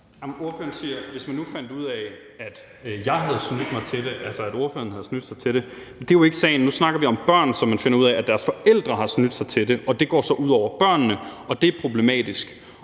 Hvis man nu fandt ud af, at jeg havde snydt mig til det – altså at ordføreren havde snydt sig til det. Det er jo ikke sagen. Nu snakker vi om børn og om, at man finder ud af, at deres forældre har snydt sig til det. Det går så ud over børnene, og det er problematisk.